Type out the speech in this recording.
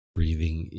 Breathing